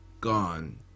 gone